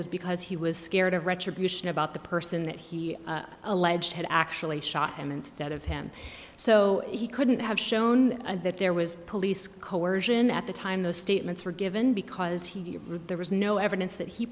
was because he was scared of retribution about the person that he alleged had actually shot him instead of him so he couldn't have shown that there was police coersion at the time those statements were given because he would there was no evidence that he